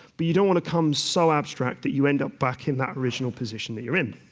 but you don't want to become so abstract that you end up back in that original position that you're in.